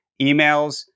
emails